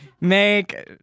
Make